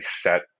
set